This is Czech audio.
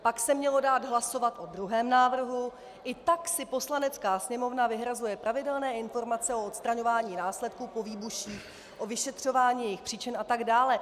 Pak se mělo dát hlasovat o druhém návrhu: I tak si Poslanecká sněmovna vyhrazuje pravidelné informace o odstraňování následků po výbuších, o vyšetřování jejich příčin atd.